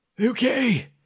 Okay